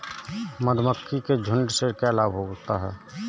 मधुमक्खी के झुंड से क्या लाभ होता है?